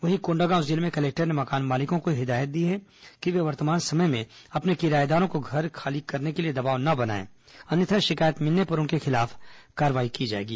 वहीं कोंडागांव जिले में कलेक्टर ने मकान मालिकों को हिदायत दी है कि वे वर्तमान समय में अपने किराएदारों को घर खाली करने के लिए दबाव न बनाए अन्यथा शिकायत मिलने पर उनके खिलाफ कार्रवाई की जाएगी